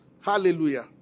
Hallelujah